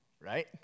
right